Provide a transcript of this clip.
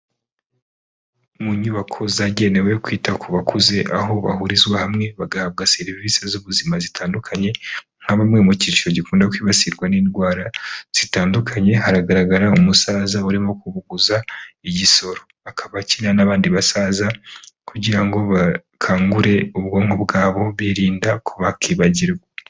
Mu nyubako zagenewe kwita ku bakuze, aho bahurizwa hamwe bagahabwa serivisi z'ubuzima zitandukanye, nka bamwe mu cyiciro gikunda kwibasirwa n'indwara zitandukanye, haragaragara umusaza urimo kubuguza igisoro, akaba akina n'abandi basaza kugira ngo bakangure ubwonko bwabo, birinda ko bakibagirwa.